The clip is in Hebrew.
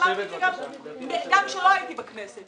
אמרתי את זה גם כשלא הייתי בכנסת.